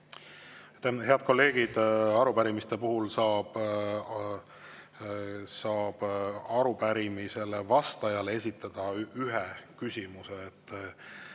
Head kolleegid, arupärimiste puhul saab arupärimisele vastajale esitada ühe küsimuse.